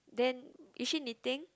then is she knitting